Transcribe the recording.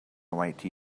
white